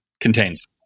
contains